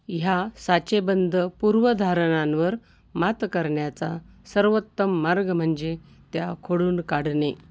ह्या साचेबंद पूर्व धारणांवर मात करण्याचा सर्वोत्तम मार्ग म्हणजे त्या खोडून काढणे